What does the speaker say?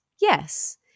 Yes